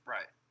Right